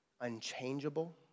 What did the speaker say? unchangeable